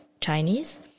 Chinese